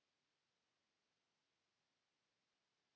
Kiitos.